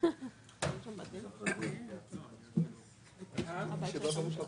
אני מבקש התייעצות